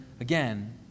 again